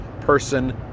person